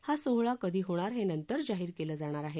हा सोहळा कधी होणार हे नंतर जाहीर केलं जाणार आहे